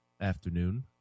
afternoon